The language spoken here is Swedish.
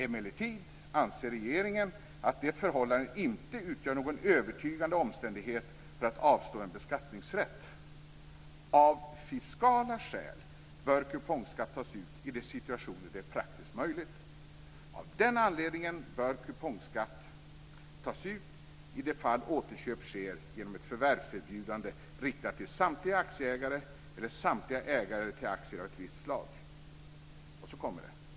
Emellertid anser regeringen att det förhållandet inte utgör någon övertygande omständighet för att avstå en beskattningsrätt. Av fiskala skäl bör kupongskatt tas ut i de situationer det är praktiskt möjligt. Av den anledningen bör kupongskatt tas ut i de fall återköp sker genom ett förvärvserbjudande riktat till samtliga aktieägare eller samtliga ägare till aktier av ett visst slag.